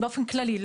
באופן כללי.